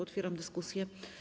Otwieram dyskusję.